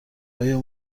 آیا